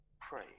pray